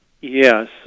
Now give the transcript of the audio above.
Yes